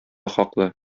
хаклы